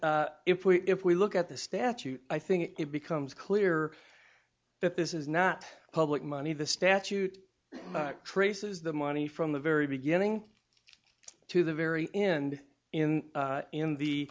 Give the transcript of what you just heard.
if we if we look at the statute i think it becomes clear that this is not public money the statute backtrace is the money from the very beginning to the very end in in the